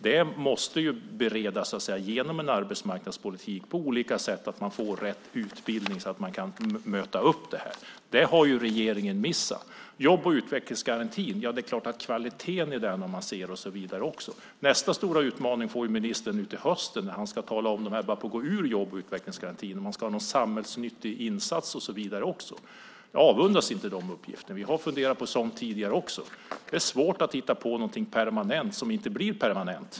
Det måste på olika sätt beredas genom arbetsmarknadspolitiken att man får rätt utbildning och kan möta efterfrågan. Det har regeringen missat. I jobb och utvecklingsgarantin gäller förstås också kvaliteten. Nästa stora utmaning får ministern i höst när de börjar gå ur jobb och utvecklingsgarantin och man ska ha en samhällsnyttig insats. Jag avundas inte ministern de uppgifterna. Vi har funderat på sådant tidigare. Det är svårt att hitta på något permanent som inte blir permanent.